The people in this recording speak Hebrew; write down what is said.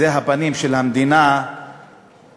זה הפנים של המדינה בעולם.